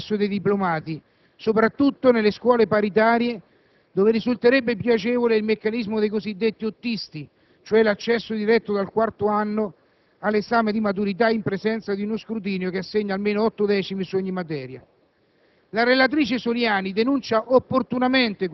Il fenomeno che viene indicato come negativo è l'eccesso dei diplomati, soprattutto nelle scuole paritarie, dove risulterebbe più agevole il meccanismo dei cosiddetti «ottisti», cioè l'accesso diretto dal quarto anno all'esame di maturità in presenza di uno scrutinio che assegna almeno otto decimi su ogni materia. La